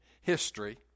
history